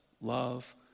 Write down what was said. love